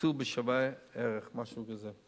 הקצו בשווה ערך, משהו כזה.